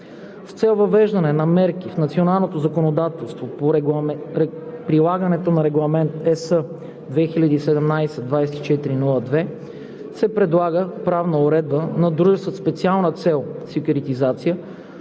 С цел въвеждане на мерки в националното законодателство по прилагането на Регламент (ЕС) 2017/2402 се предлага правна уредба на дружествата със специална цел – секюритизация,